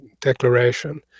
Declaration